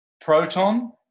proton